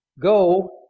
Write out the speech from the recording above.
go